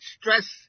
stress